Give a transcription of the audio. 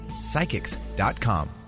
psychics.com